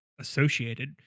associated